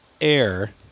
air